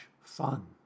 fun